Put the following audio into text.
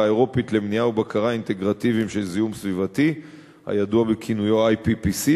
האירופית למניעה ובקרה אינטגרטיביות של זיהום סביבתי הידוע בכינויו ה-IPPC,